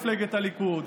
מפלגת הליכוד,